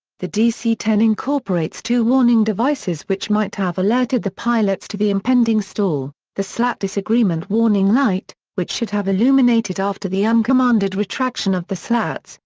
the dc ten incorporates two warning devices which might have alerted the pilots to the impending stall the slat disagreement warning light, which should have illuminated after the uncommanded retraction of the slats,